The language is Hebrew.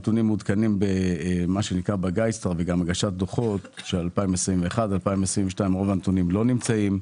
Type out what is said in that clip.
הנתונים מעודכנים בהגשת דוחות של 2022-2021. רוב הנתונים לא נמצאים.